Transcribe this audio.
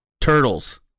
Turtles